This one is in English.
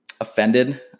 offended